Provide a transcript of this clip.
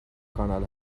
کانال